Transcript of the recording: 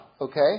okay